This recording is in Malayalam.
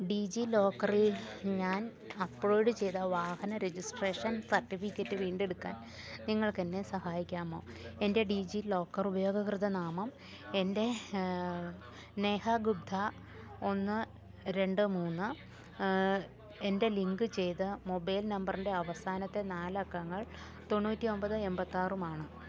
ഡിജിലോക്കറിൽ ഞാൻ അപ്ലോഡ് ചെയ്ത വാഹന രജിസ്ട്രേഷൻ സർട്ടിഫിക്കറ്റ് വീണ്ടെടുക്കാൻ നിങ്ങൾക്ക് എന്നെ സഹായിക്കാമോ എൻ്റെ ഡിജിലോക്കർ ഉപയോക്തൃനാമം എൻ്റെ നേഹ ഗുപ്ത ഒന്ന് രണ്ട് മൂന്നും എൻ്റെ ലിങ്ക് ചെയ്ത മൊബൈൽ നമ്പറിൻ്റെ അവസാനത്തെ നാല് അക്കങ്ങൾ തൊണ്ണൂറ്റി ഒൻപത് എൺപത്തി ആറും ആണ്